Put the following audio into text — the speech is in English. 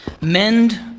mend